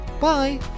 bye